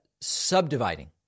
subdividing